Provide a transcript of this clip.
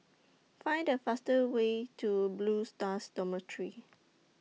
Find The fastest Way to Blue Stars Dormitory